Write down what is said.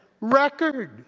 record